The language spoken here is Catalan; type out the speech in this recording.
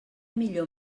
millor